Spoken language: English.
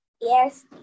Yes